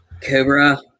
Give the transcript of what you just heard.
Cobra